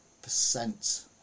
percent